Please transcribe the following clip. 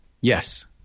Yes